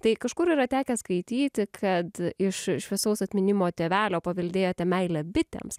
tai kažkur yra tekę skaityti kad iš šviesaus atminimo tėvelio paveldėjote meilę bitėms